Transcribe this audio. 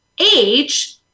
age